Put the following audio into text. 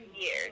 years